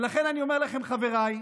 ולכן אני אומר לכם, חבריי,